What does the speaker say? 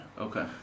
Okay